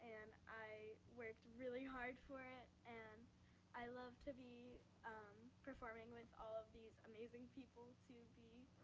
and i worked really hard for it, and i love to be performing with all of these amazing people to be